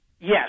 Yes